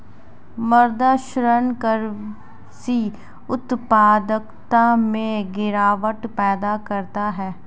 मृदा क्षरण कृषि उत्पादकता में गिरावट पैदा करता है